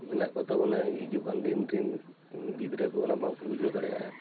ᱢᱮᱱᱟᱜ ᱠᱚ ᱛᱟᱵᱚᱱᱟ ᱦᱤᱡᱩᱜ ᱠᱟᱱ ᱫᱤᱱ ᱨᱮᱱ ᱜᱤᱫᱽᱨᱟᱹ ᱠᱚ ᱚᱱᱟ ᱵᱟᱝ ᱠᱚ ᱵᱩᱡᱷᱟᱹᱣ ᱫᱟᱲᱮᱭᱟᱜᱼᱟ